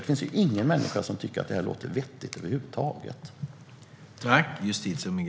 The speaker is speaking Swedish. Det finns ingen människa som tycker att det är vettigt att ha det som nu.